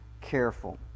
careful